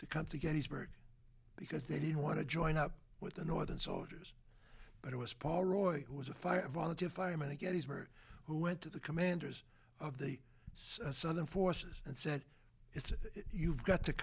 to gettysburg because they didn't want to join up with the northern soldiers but it was paul roy who was a fire volunteer fireman to gettysburg who went to the commanders of the southern forces and said it's you've got to